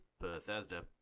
Bethesda